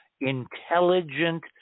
intelligent